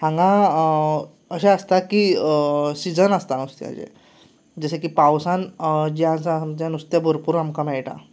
हांगा अशें आसता की सिजन आसता नुस्त्याचें जशें की पावसांत जें आसा आमचें नुस्तें बरपूर आमकां मेळटा